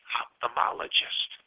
ophthalmologist